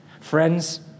Friends